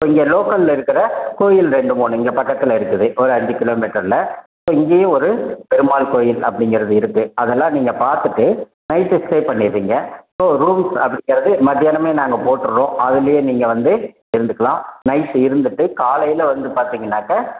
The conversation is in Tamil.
ஸோ இங்கே லோக்கலில் இருக்கிற கோவில் ரெண்டு மூணு இங்கே பக்கத்தில் இருக்குது ஒரு அஞ்சு கிலோ மீட்டரில் ஸோ இங்கேயே ஒரு பெருமாள் கோவில் அப்படிங்குறது இருக்குது அதெல்லாம் நீங்கள் பார்த்துட்டு நைட் ஸ்டே பண்ணிடுறீங்க ஸோ ரூம்ஸ் அப்படிங்கறது மதியானமே நாங்கள் போட்றுவோம் அதுலேயே நீங்கள் வந்து இருந்துக்கலாம் நைட் இருந்துட்டு காலையில்வந்து பார்த்தீங்கனாக்க